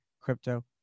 crypto